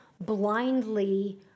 blindly